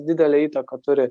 didelę įtaką turi